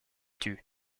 tuent